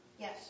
Yes